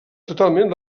totalment